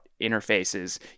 interfaces